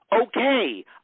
okay